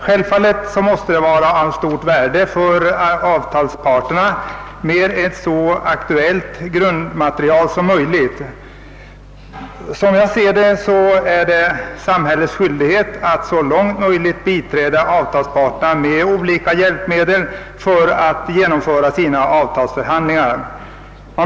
Självfallet måste det vara av stort värde för avtalsparterna att ha tillgång till ett så aktuellt grundmaterial som möjligt. Som jag ser det är det samhällets skyldighet att i största möjliga utsträckning biträda avtalsparterna med olika hjälpmedel för att genomföra avtalsförhandlingarna.